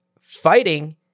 fighting